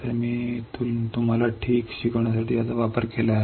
तर मी तुम्हाला ते शिकवण्यासाठी वापरले आहे ठीक आहे